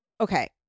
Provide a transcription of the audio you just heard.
okay